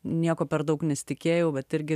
nieko per daug nesitikėjau vat irgi